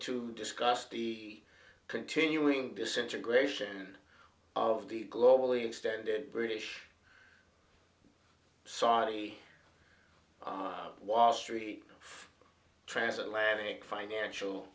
to discuss the continuing disintegration of the globally extended british saudi wall street transatlantic financial